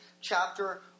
chapter